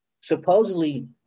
supposedly